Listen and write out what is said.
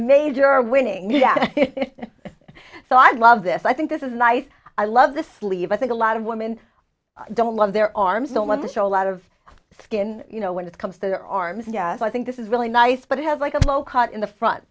major winning so i love this i think this is nice i love the sleeve i think a lot of women don't love their arms don't want to show a lot of skin when it comes to their arms and i think this is really nice but it has like a low cut in the front